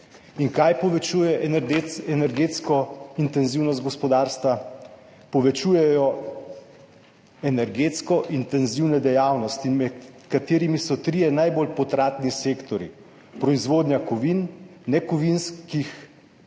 Kaj povečuje energetsko intenzivnost gospodarstva? Povečujejo jo energetsko intenzivne dejavnosti, med katerimi so trije najbolj potratni sektorji: proizvodnja kovin, nekovinskih